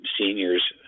seniors